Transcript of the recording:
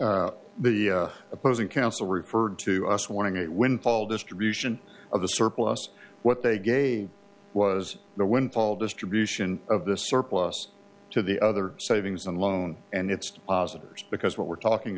on the opposing counsel referred to us wanting a windfall distribution of the surplus what they gave was the windfall distribution of the surplus to the other savings and loan and it's interest because what we're talking